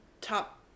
top